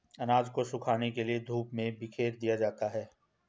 अनाज को सुखाने के लिए धूप में बिखेर दिया जाता है